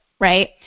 right